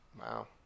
Wow